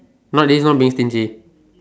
not this one being stingy